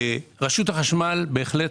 רשות החשמל בהחלט